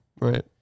right